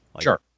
Sure